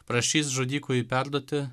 prašys žudikui perduoti